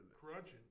Crunching